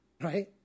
right